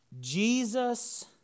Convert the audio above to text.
Jesus